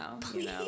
Please